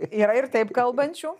yra ir taip kalbančių